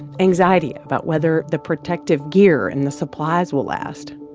anxiety about whether the protective gear and the supplies will last,